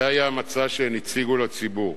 זה היה המצע שהן הציגו לציבור.